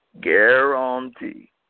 Guarantee